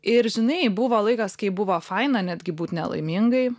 ir žinai buvo laikas kai buvo faina netgi būt nelaimingai